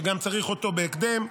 שגם צריך אותו בהקדם.